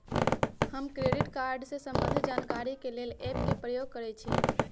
हम credit card से संबंधित जानकारी के लेल एप के प्रयोग करइछि